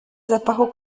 zapachu